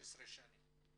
הקליטה והתפוצות.